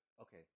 Okay